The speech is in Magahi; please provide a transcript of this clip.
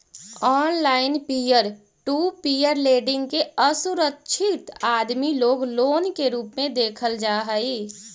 online peer to peer lending के असुरक्षित आदमी लोग लोन के रूप में देखल जा हई